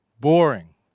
Boring